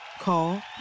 Call